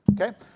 Okay